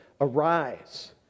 arise